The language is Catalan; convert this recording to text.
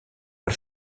per